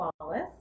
Wallace